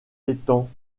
étant